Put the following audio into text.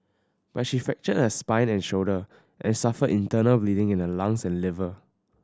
but she fractured her spine and shoulder and suffered internal bleeding in her lungs and liver